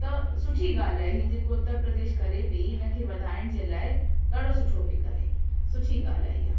त सुठी ॻाल्हि आहे ही जेको उत्तर प्रदेश करे पेई हिनखे वधाइण जे लाइ ॾाढो सुठो पेई करे सुठी ॻाल्हि आहे इहा